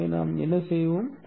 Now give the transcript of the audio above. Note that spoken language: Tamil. எனவே நாம் என்ன செய்வோம்